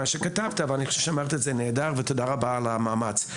שכתבת ואני חושב שאמרת את זה נהדר ותודה רבה על המאמץ.